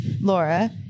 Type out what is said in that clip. Laura